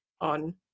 on